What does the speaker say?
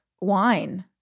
wine